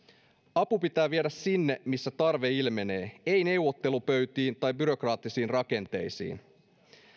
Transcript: apu pitää viedä sinne missä tarve ilmenee ei neuvottelupöytiin tai byrokraattisiin rakenteisiin